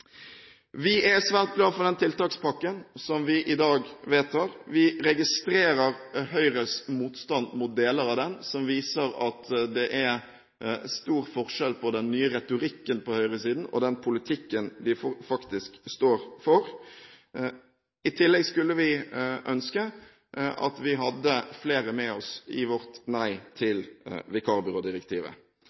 Vi er svært glade for den tiltakspakken som vi i dag vedtar. Vi registrerer Høyres motstand mot deler av den, som viser at det er stor forskjell på den nye retorikken på høyresiden og den politikken de faktisk står for. I tillegg skulle vi ønske at vi hadde flere med oss i vårt nei til vikarbyrådirektivet.